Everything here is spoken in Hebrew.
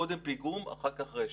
קודם פיגום, אחר כך רשת.